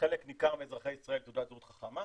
לחלק ניכר מאזרחי ישראל תעודת זהות חכמה,